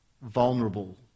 vulnerable